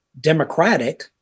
democratic